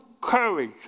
courage